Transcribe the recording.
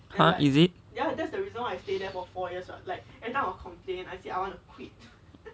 !huh! is it ya that's the reason why I stay there for four years lah like adult will complain it I want to quit